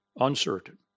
Uncertain